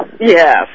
Yes